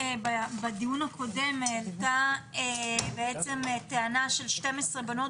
בדיון הקודם הייתה בעצם טענה של 12 בנות